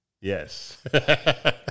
yes